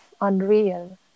unreal